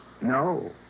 No